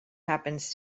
happens